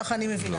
כך אני מבינה.